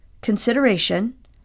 consideration